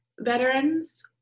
veterans